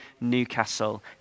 Newcastle